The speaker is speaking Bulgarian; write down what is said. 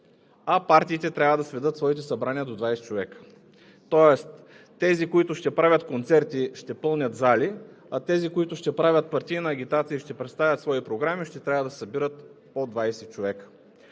а партиите трябва да сведат своите събрания до 20 човека. Тоест тези, които ще правят концерти, ще пълнят залите, а тези, които ще правят партийна агитация и ще представят свои програми, ще трябва да се събират по 20 човека.